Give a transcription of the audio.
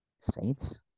Saints